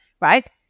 right